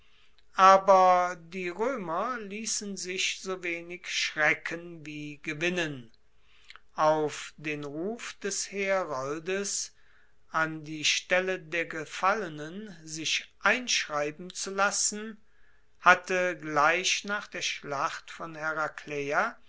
aber die roemer liessen sich so wenig schrecken wie gewinnen auf den ruf des heroldes an die stelle der gefallenen sich einschreiben zu lassen hatte gleich nach der schlacht von